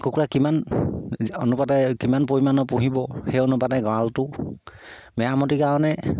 কুকুৰা কিমান অনুপাতে কিমান পৰিমাণৰ পুহিব সেই অনুপাতে গঁৰালটো মেৰামতিৰ কাৰণে